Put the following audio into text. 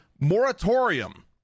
moratorium